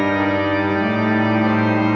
and